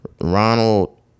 Ronald